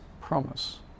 promise